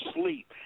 sleep